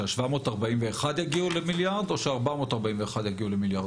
כש-741 יגיעו למיליארד או כש-441 יגיעו למיליארד?